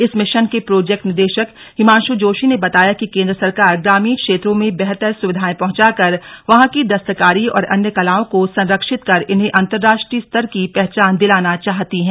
इस मिशन के प्रोजेक्ट निदेशक हिमांशु जोशी ने बताया कि केंद्र सरकार ग्रामीण क्षेत्रों में बेहतर सुविधायें पहुंचाकर वहां की दस्तकारी और अन्य कलाओं को संरक्षित कर इन्हें अंतर्राष्ट्रीय स्तर की पहचान दिलाना चाहती है